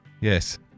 Yes